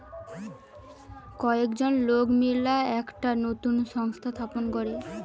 কয়েকজন লোক মিললা একটা নতুন সংস্থা স্থাপন করে